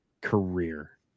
career